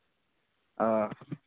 ᱦᱮᱸ